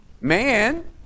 Man